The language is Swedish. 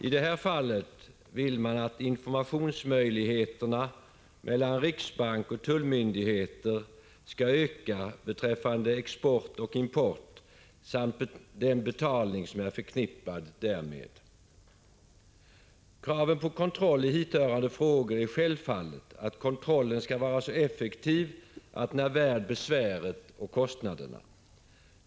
I det här fallet vill man att informationsmöjligheterna mellan riksbank och tullmyndigheter skall öka beträffande export och import samt den betalning som är förknippad därmed. Kravet på en kontroll i hithörande frågor är självfallet att kontrollen skall vara så effektiv att den är värd besväret och kostnaderna.